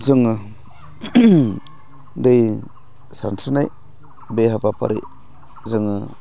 जोङो दै सानस्रिनाय बे हाबाफारि जोङो